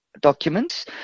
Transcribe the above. documents